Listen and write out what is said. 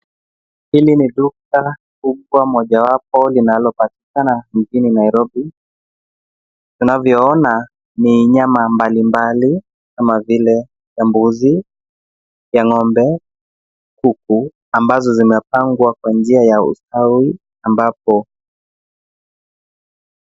Hili ni duka kubwa moja wapo linalopatikana mjini Nairobi. Tunavyoona ni nyama mbali mbali kama vile ya mbuzi, ya ng'ombe, kuku ambazo zimepangwa kwa njia ya ustawi ambapo.